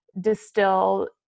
distill